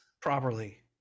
properly